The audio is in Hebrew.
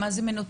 מה זה "מנותק"?